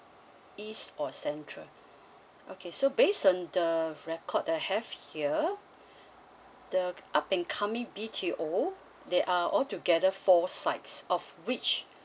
east or central okay so based on the record that I have here there are up and coming B_T_O there are altogether four sides of which